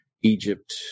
Egypt